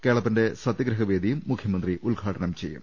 കേളപ്പന്റെ സത്യഗ്രഹ വേദിയും മുഖ്യമന്ത്രി ഉദ്ഘാടനം ചെയ്യും